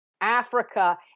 Africa